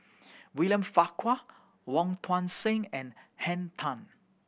William Farquhar Wong Tuang Seng and Henn Tan